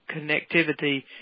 connectivity